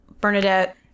bernadette